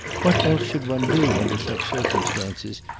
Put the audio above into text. what else should one do under such circumstances,